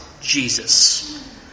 Jesus